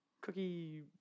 cookie